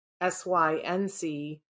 S-Y-N-C